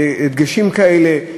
דגשים כאלה,